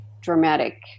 dramatic